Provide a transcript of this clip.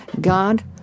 God